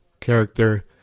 character